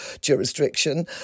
jurisdiction